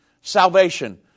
Salvation